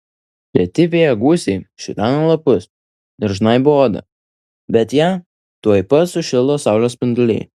reti vėjo gūsiai šiurena lapus ir žnaibo odą bet ją tuoj pat sušildo saulės spinduliai